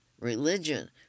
Religion